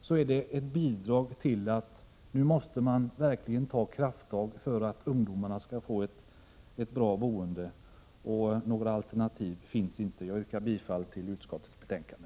så är det ett bidrag som innebär att man nu verkligen måste ta krafttag för att ungdomarna skall få bra bostäder, och några alternativ finns inte. Jag yrkar bifall till hemställan i utskottets betänkande.